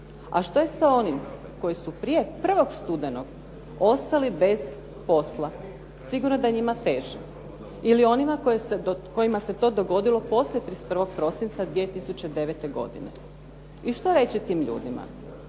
A što je sa onima koji su prije 1. studenog ostali bez posla? Sigurno da je njima teže. Ili onima kojima se to dogodilo poslije 31. prosinca 2009. godine? I što reći tim ljudima,